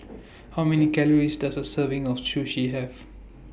How Many Calories Does A Serving of Sushi Have